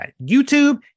youtube